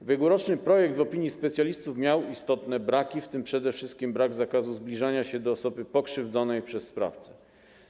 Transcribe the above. Ubiegłoroczny projekt w opinii specjalistów miał istotne braki, w tym przede wszystkim brak zakazu zbliżania się do osoby pokrzywdzonej przez sprawcę.